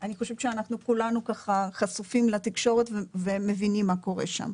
אני חושבת שכולנו חשופים לתקשורת ומבינים מה קורה שם.